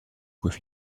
with